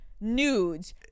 nudes